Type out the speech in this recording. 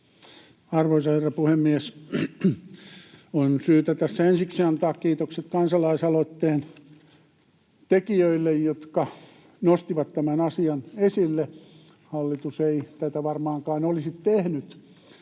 Arvoisa herra puhemies! On syytä tässä ensiksi antaa kiitokset kansalaisaloitteen tekijöille, jotka nostivat tämän asian esille. [Anne Kalmari: Kyllä!] Hallitus ei tätä varmaankaan olisi tehnyt